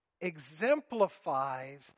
exemplifies